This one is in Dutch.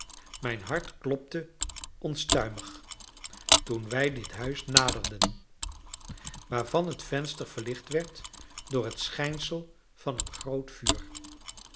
mijn hart klopte onstuimig toen wij dit huis naderden waarvan het venster verlicht werd door het schijnsel van een groot vuur